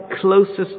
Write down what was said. closest